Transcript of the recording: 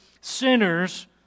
sinners